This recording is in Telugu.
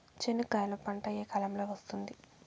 చెనక్కాయలు పంట ఏ కాలము లో వస్తుంది